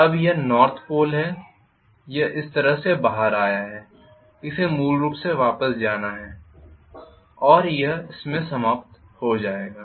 अब यह north pole है यह इस तरह से बाहर आया है इसे मूल रूप से वापस जाना है और यह इसमें समाप्त हो जाएगा